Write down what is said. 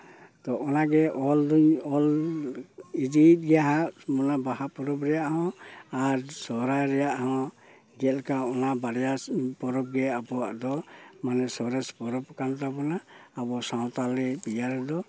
ᱛᱚ ᱚᱱᱟ ᱜᱮ ᱚᱞ ᱫᱩᱧ ᱚᱞ ᱤᱫᱤᱭᱮᱫ ᱜᱮᱭᱟ ᱦᱟᱸᱜ ᱢᱟᱱᱮ ᱵᱟᱦᱟ ᱯᱚᱨᱚᱵᱽ ᱨᱮᱭᱟᱜ ᱦᱚᱸ ᱟᱨ ᱥᱚᱨᱦᱟᱭ ᱨᱮᱭᱟᱜ ᱦᱚᱸ ᱪᱮᱫᱞᱮᱠᱟ ᱚᱱᱟ ᱵᱟᱨᱭᱟ ᱯᱚᱨᱚᱵᱽ ᱜᱮ ᱟᱵᱚᱣᱟᱜ ᱫᱚ ᱢᱟᱱᱮ ᱥᱚᱨᱮᱥ ᱯᱚᱨᱚᱵᱽ ᱠᱟᱱ ᱛᱟᱵᱚᱱᱟ ᱟᱵᱚ ᱥᱟᱶᱛᱟᱞᱤ ᱤᱭᱟᱹ ᱨᱮᱫᱚ